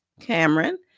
Cameron